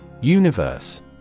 Universe